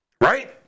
right